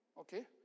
Okay